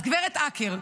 אז גברת הקר,